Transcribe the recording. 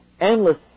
endless